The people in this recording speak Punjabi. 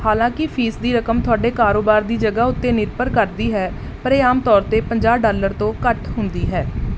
ਹਾਲਾਂਕਿ ਫ਼ੀਸ ਦੀ ਰਕਮ ਤੁਹਾਡੇ ਕਾਰੋਬਾਰ ਦੀ ਜਗ੍ਹਾ ਉੱਤੇ ਨਿਰਭਰ ਕਰਦੀ ਹੈ ਪਰ ਇਹ ਆਮ ਤੌਰ 'ਤੇ ਪੰਜਾਹ ਡਾਲਰ ਤੋਂ ਘੱਟ ਹੁੰਦੀ ਹੈ